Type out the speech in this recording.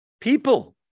people